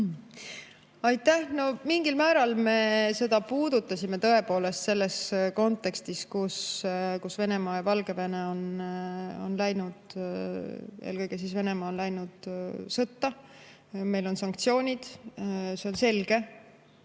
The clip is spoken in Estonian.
Aitäh! Mingil määral me seda puudutasime tõepoolest, selles kontekstis, et Venemaa ja Valgevene, eelkõige Venemaa, on läinud sõtta. Meil on sanktsioonid. See on selge,